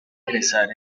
ingresar